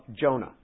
Jonah